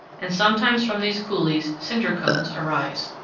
and sometimes from these coulees cinder cones arise.